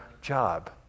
job